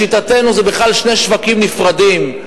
לשיטתנו, זה בכלל שני שווקים נפרדים.